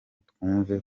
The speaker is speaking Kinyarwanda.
twumve